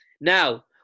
Now